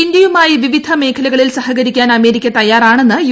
ഇന്ത്യയുമായി വിവിധ മേഖലകളിൽ സഹകരിക്കാൻ അമേരിക്ക തയ്യാറാണെന്ന് യു